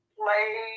play